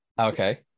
okay